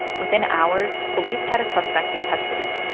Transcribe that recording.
within hours, police had a suspect in custody,